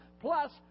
plus